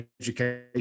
education